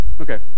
Okay